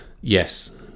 Yes